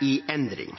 i endring.